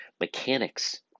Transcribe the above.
mechanics